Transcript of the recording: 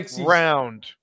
round